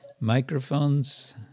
microphones